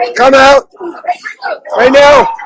ah come out right now.